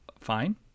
fine